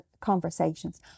conversations